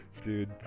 Dude